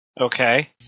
Okay